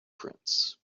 prince